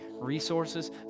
resources